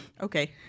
okay